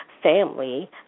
Family